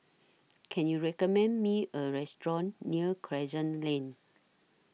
Can YOU recommend Me A Restaurant near Crescent Lane